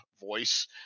voice